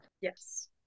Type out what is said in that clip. Yes